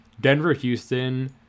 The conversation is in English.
Denver-Houston